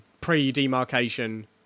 pre-demarcation